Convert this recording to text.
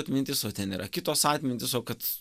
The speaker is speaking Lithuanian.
atmintis o ten yra kitos atmintys o kad